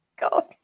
God